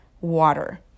water